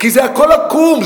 כי זה הכול עקום,